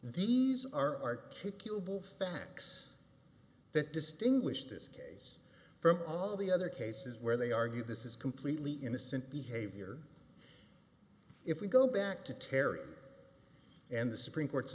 articulable facts that distinguish this case from all the other cases where they argue this is completely innocent behavior if we go back to terry and the supreme court's